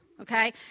okay